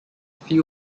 few